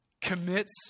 commits